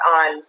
on